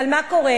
אבל מה קורה?